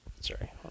Sorry